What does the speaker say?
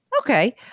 Okay